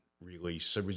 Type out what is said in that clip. release